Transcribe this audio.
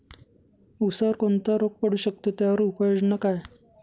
ऊसावर कोणता रोग पडू शकतो, त्यावर उपाययोजना काय?